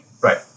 right